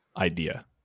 idea